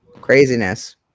Craziness